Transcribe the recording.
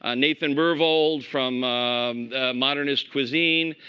ah nathan myhrvold from modernist cuisine,